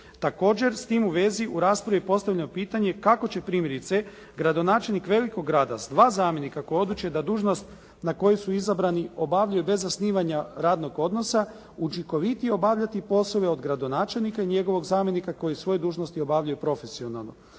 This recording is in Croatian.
Također, s tim u vezi u raspravi je postavljeno pitanje kako će primjerice gradonačelnik velikog grada s dva zamjenika koja odluče da dužnost na koju su izabrani obavljaju bez zasnivanja radnog odnosa, učinkovitije obavljati poslove od gradonačelnika i njegovog zamjenika koji svoje dužnosti obavljaju profesionalno.